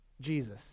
Jesus